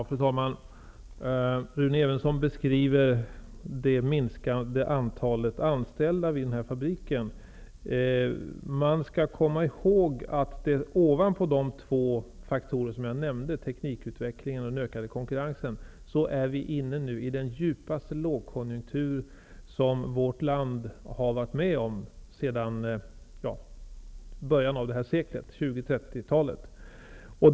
Fru talman! Rune Evensson beskriver situationen med minskande antal anställda vid fabriken. Man skall komma ihåg att ovanpå de två faktorer som jag nämnde tidigare -- teknikutveckling och ökad konkurrens -- är vi nu inne i den djupaste lågkonjunktur som vårt land har varit med om sedan början av seklet.